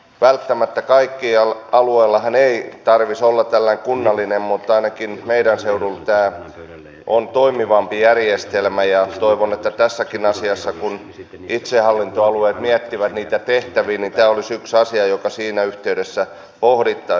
välttämättä kaikilla alueillahan ei tarvitsisi olla tällainen kunnallinen mutta ainakin meidän seudullamme tämä on toimivampi järjestelmä ja toivon että tässäkin asiassa kun itsehallintoalueet miettivät niitä tehtäviä tämä olisi yksi asia joka siinä yhteydessä pohdittaisiin